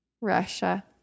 Russia